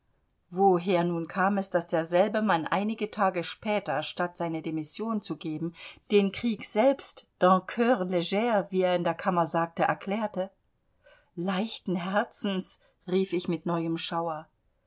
woher nun kam es daß derselbe mann einige tage später statt seine demission zu geben den krieg selbst d'un coeur lger wie er in der kammer sagte erklärte leichten herzens rief ich mit neuem schauer